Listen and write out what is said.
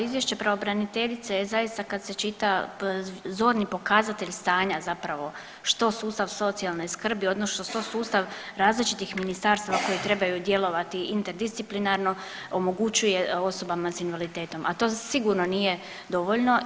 Da izvješće pravobranitelje je zaista kad se čita zorni pokazatelj stanja zapravo što sustav socijalne skrbi odnosno što sustav različit ministarstava koji trebaju djelovati interdisciplinarno omogućuje osobama s invaliditetom, a to sigurno nije dovoljno.